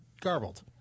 garbled